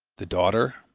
the daughter,